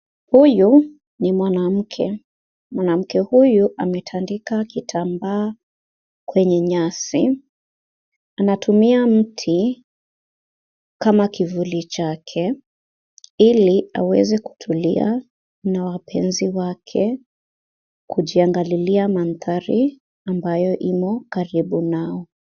Huyu ni mwanamke. Mwanamke huyu ametandika kitambaa kwenye nyasi. Anatumia mti kama kivuli chake ili aweze kutulia na wapenzi wake kujiangalilia mandhari ambayo imo karibu nao.